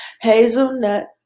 Hazelnut